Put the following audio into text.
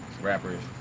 rappers